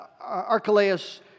Archelaus